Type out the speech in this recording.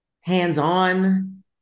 hands-on